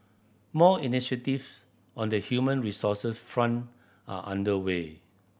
more initiatives on the human resources front are under way